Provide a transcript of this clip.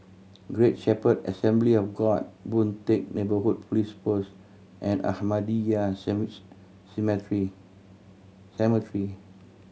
Great Shepherd Assembly of God Boon Teck Neighbourhood Police Post and Ahmadiyya seems Cemetery